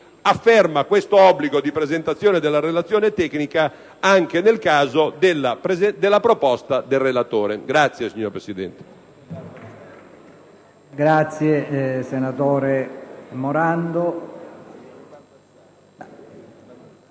riafferma questo obbligo di presentazione della relazione tecnica anche nel caso della proposta del relatore. Infine, do per